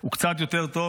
הוא קצת יותר טוב,